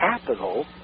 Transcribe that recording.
capital